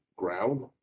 ground